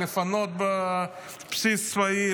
לפנות בסיס צבאי,